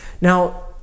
Now